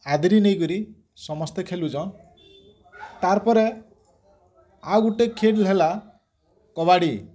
ଆଦିରି ନେଇ କିରି ସମସ୍ତେ ଖେଲୁଛନ୍ ତାର୍ ପରେ ଆଉ ଗୁଟେ ଖେଲ୍ ହେଲା କବାଡ଼ି